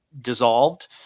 dissolved